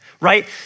right